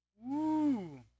Woo